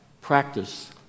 practice